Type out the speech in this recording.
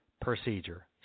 procedure